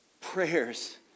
prayers